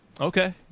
Okay